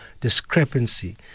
discrepancy